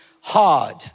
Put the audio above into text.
hard